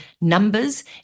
numbers